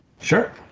Sure